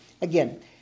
Again